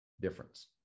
difference